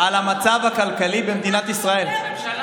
על המצב הכלכלי במדינת ישראל?